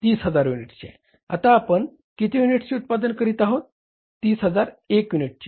30000 युनिट्सचे आता आपण किती युनिट्सचे उत्पादन करीत आहोत 30001 युनिट्सचे